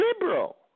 liberal